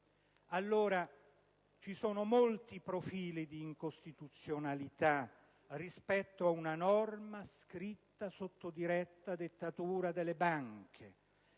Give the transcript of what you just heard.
Dunque, sono molti i profili di incostituzionalità rispetto a una norma scritta sotto diretta dettatura delle banche.